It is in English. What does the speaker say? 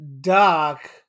Doc